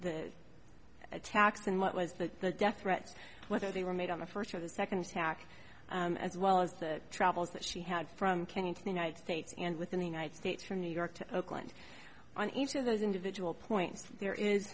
the attacks and what was that the death threats whether they were made on the first of the second attack as well as the travels that she had from kenya to the united states and within the united states from new york to oakland on each of those individual points there is